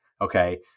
Okay